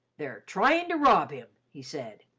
they're trying to rob him! he said,